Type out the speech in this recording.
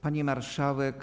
Pani Marszałek!